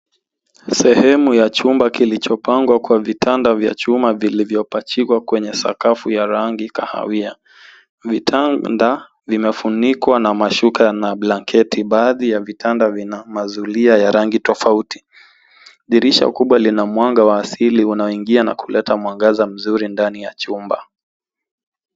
Sehemu ya chumba kilichopangwa kwa vitanda vya chuma vilivyopachikwa kwenye sakafu ya rangi kahawia. Vitanda vimefunikwa na mashuka na blanketi. Baadhi ya vitanda vina mazulia ya rangi tofauti. Dirisha kubwa lina mwanga wa asili unaoingia na kuleta mwangaza mzuri ndani ya chumba.